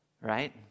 right